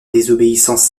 désobéissance